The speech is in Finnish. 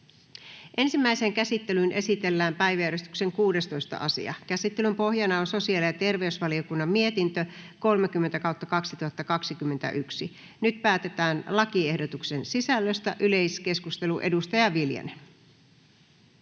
Ensimmäiseen käsittelyyn esitellään päiväjärjestyksen 18. asia. Käsittelyn pohjana on sosiaali- ja terveysvaliokunnan mietintö StVM 32/2021 vp. Nyt päätetään lakiehdotuksen sisällöstä. — Yleiskeskustelu, edustaja Viljanen.